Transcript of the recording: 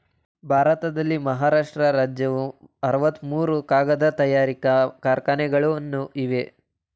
ಭಾರತದಲ್ಲಿ ಮಹಾರಾಷ್ಟ್ರ ರಾಜ್ಯವು ಅರವತ್ತ ಮೂರು ಕಾಗದ ತಯಾರಿಕಾ ಕಾರ್ಖಾನೆಗಳನ್ನು ಇವೆ